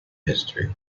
history